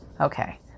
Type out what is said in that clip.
Okay